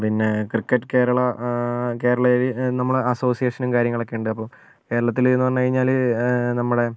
പിന്നെ ക്രിക്കറ്റ് കേരള കേരളയിലെ നമ്മളെ അസോസിയേഷനും കാര്യങ്ങളൊക്കെയുണ്ട് അപ്പോൾ കേരളത്തിലെ എന്ന് പറഞ്ഞു കഴിഞ്ഞാൽ നമ്മുടെ